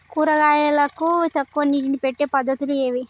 కూరగాయలకు తక్కువ నీటిని పెట్టే పద్దతులు ఏవి?